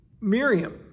Miriam